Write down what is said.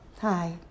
Hi